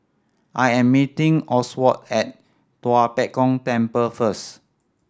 I am meeting Oswald at Tua Pek Kong Temple first